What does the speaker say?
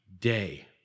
day